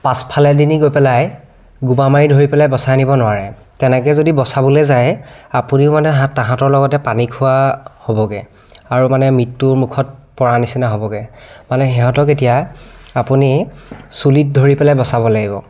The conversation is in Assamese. পাছফালেনিদি গৈ পেলাই গবা মাৰি ধৰি পেলাই বচাই আনিব নোৱাৰে তেনেকৈ যদি বচাবলৈ যায় আপুনিও মানে হাঁত তাহাঁতৰ লগত পানী খোৱা হ'বগৈ আৰু মানে মৃত্যুৰ মুখত পৰা নিচিনা হ'বগৈ মানে সিহঁতক এতিয়া আপুনি চুলিত ধৰি পেলাই বচাব লাগিব